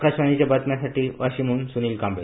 आकाशवाणीच्या बातम्यांसाठी वाशीमहन स्नील कांबळे